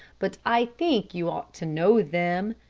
but i think you ought to know them.